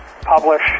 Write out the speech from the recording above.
publish